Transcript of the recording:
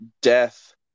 Death